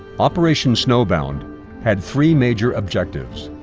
operation snowbound had three major objectives.